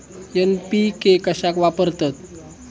NPK कशाक वापरतत?